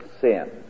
sin